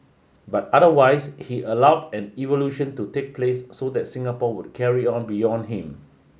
but otherwise he allowed an evolution to take place so that Singapore would carry on beyond him